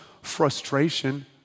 frustration